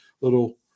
little